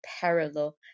parallel